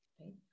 right